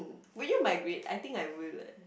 would you migrate I think I will leh